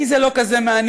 כי זה לא כזה מעניין,